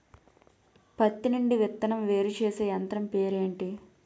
పత్తి నుండి విత్తనం వేరుచేసే యంత్రం పేరు ఏంటి